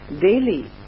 daily